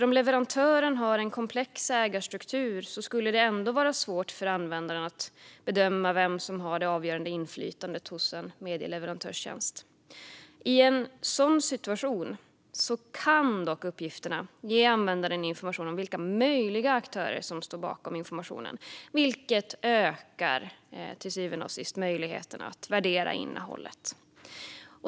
Om leverantören har en komplex ägarstruktur skulle det ändå vara svårt för användaren att bedöma vem som har det avgörande inflytandet hos en medietjänstleverantör. I en sådan situation kan dock uppgifterna ge användaren information om vilka möjliga aktörer som står bakom informationen, vilket till syvende och sist ökar möjligheterna att värdera innehållet.